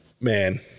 man